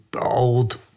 old